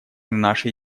нашей